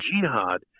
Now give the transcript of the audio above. jihad